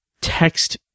text